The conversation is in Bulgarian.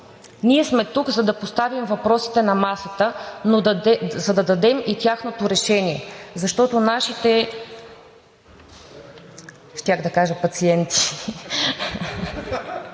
Ние сме тук, за да поставим въпросите на масата, но за да дадем и тяхното решение, защото нашите – щях да кажа пациенти,